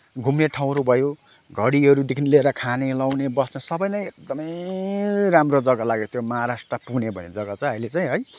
घुम्ने ठाउँहरू भयो घडीहरूदेखि लिएर खाने लाउने सबै नै एकदमै राम्रो जग्गा लाग्यो त्यो महाराष्ट्र पुणे भन्ने जग्गा चाहिँ अहिले चाहिँ है